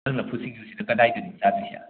ꯅꯪ ꯂꯐꯨ ꯁꯤꯡꯖꯨꯁꯤꯅ ꯀꯗꯥꯏꯗꯅꯣ ꯆꯥꯗꯣꯏꯁꯦ